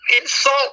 insult